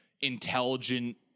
intelligent